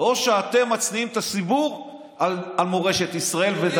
או שאתם משניאים על הציבור את מורשת ישראל.